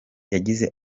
yagize